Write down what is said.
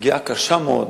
פגיעה קשה מאוד